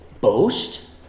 boast